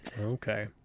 Okay